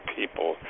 people